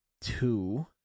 Two